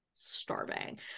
starving